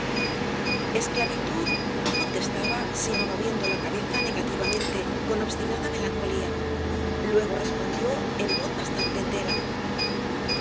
esclavitud no contestaba sino moviendo la cabeza negativamente con obstinada melancolía luego respondió en voz bastante entera